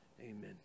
amen